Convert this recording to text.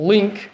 Link